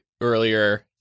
earlier